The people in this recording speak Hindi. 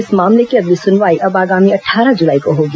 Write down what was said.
इस मामले की अगली सुनवाई अब आगामी अटठारह जुलाई को होगी